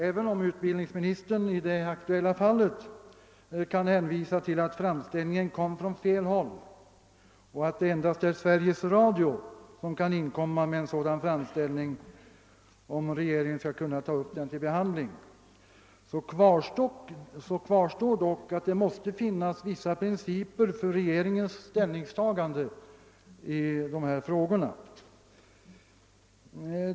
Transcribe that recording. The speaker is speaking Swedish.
Även om utbildningsministern i det aktuella fallet kan hänvisa till att framställningen kom från fel håll och att det endast är Sveriges Radio som kan inge en sådan framställning, om regeringen skall kunna ta upp den till behandling, kvarstår dock att det måste finnas vissa principer för regeringens ställningstagande i dessa frågor.